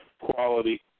quality